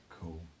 Cool